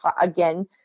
again